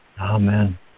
Amen